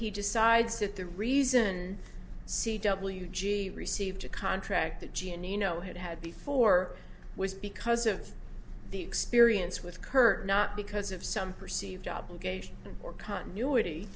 he decides that the reason c w g received a contract that gene you know had had before was because of the experience with kirk not because of some perceived obligation or continuity